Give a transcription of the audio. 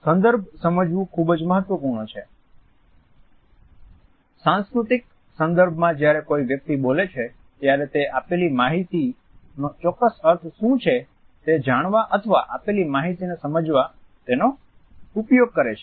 સંદર્ભ સમજવું ખૂબ જ મહત્વપૂર્ણ છે સાંસ્કૃતિક સંદર્ભમાં જ્યારે કોઈ વ્યક્તિ બોલે છે ત્યારે તે આપેલી માહિતીનો ચોક્ક્સ અર્થ શું છે તે જાણવા અથવા આપેલી માહિતીને સમજવા તેનો ઉપયોગ કરે છે